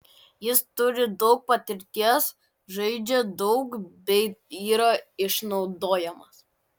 jis turi daug patirties žaidžia daug bei yra išnaudojamas